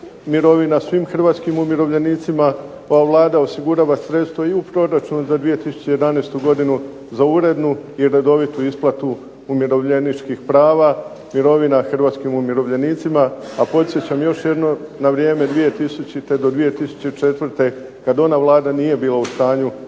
mirovina svim Hrvatskim umirovljenicima, ova Vlada osigurava i sredstva u proračunu za 2011. godinu za urednu i redovitu isplatu umirovljeničkih prava mirovina Hrvatskim umirovljenicima, a podsjećam još jednom na vrijeme od 2000. do 2004. kada ona Vlada nije bila u stanju osigurati